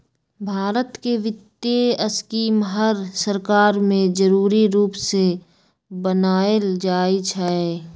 भारत के वित्तीय स्कीम हर सरकार में जरूरी रूप से बनाएल जाई छई